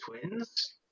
Twins